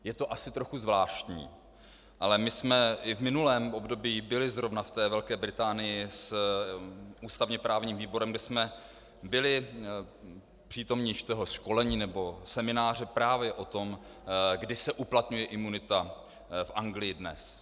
Je to asi trochu zvláštní, ale my jsme i v minulém období byli zrovna ve Velké Británii s ústavněprávním výborem, kde jsme byli přítomni školení nebo semináře právě o tom, kdy se uplatňuje imunita v Anglii dnes.